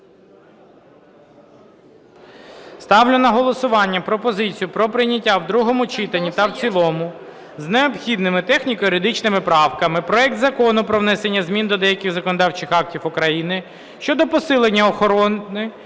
Ставлю на голосування пропозицію про прийняття в другому читанні та в цілому з необхідними техніко-юридичними правками проект Закону про внесення змін до деяких законодавчих актів України щодо посилення охорони